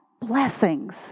blessings